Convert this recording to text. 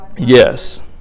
Yes